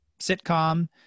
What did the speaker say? sitcom